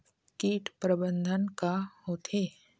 कीट प्रबंधन का होथे?